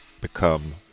become